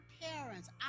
parents